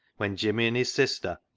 when jimmy and his sister,